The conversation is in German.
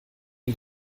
die